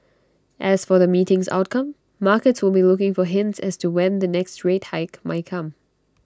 as for the meeting's outcome markets will be looking for hints as to when the next rate hike may come